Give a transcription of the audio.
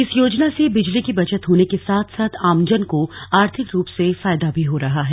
इस योजना से बिजली की बचत होने के साथ साथ आमजन को आर्थिक रूप से फायदा हो रहा है